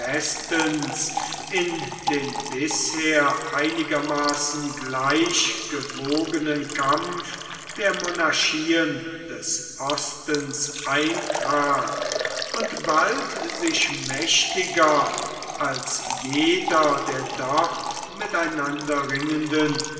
in den bisher einigermaßen gleichgewogenen kampf der monarchien des ostens eintrat und bald sich mächtiger als jeder der dort miteinander ringenden